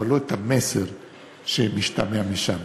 אבל לא את המסר שמשתמע משם.